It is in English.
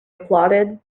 applauded